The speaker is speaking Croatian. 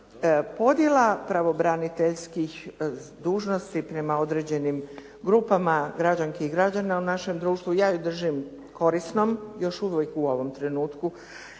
Podjela pravobraniteljskih dužnosti prema određenim grupama građanki i građana u našem društvu ja ju držim korisnom još uvijek u ovom trenutku